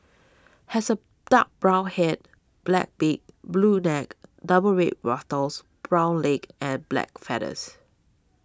has a dark brown head black beak blue neck double red wattles brown legs and black feathers